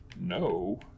no